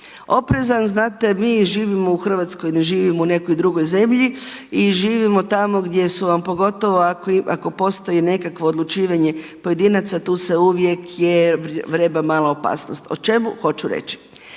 Oprezan znate mi živimo u Hrvatskoj, ne živimo u nekoj drugoj zemlji i živimo tamo gdje su vam pogotovo ako postoji nekakvo odlučivanje pojedinaca tu se uvijek vreba mala opasnost. O čemu hoću reći?